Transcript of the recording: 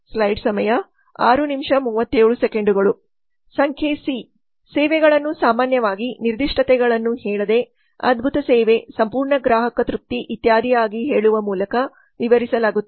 ಸಂಖ್ಯೆ ಸಿ ಸೇವೆಗಳನ್ನು ಸಾಮಾನ್ಯವಾಗಿ ನಿರ್ದಿಷ್ಟತೆಗಳನ್ನು ಹೇಳದೇ ಅದ್ಭುತ ಸೇವೆ ಸಂಪೂರ್ಣ ಗ್ರಾಹಕ ತೃಪ್ತಿ ಇತ್ಯಾದಿಯಾಗಿ ಹೇಳುವ ಮೂಲಕ ವಿವರಿಸಲಾಗುತ್ತದೆ